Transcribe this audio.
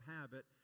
Habit